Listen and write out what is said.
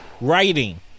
Writing